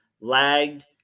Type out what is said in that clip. lagged